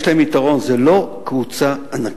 יש להם יתרון: זו לא קבוצה ענקית,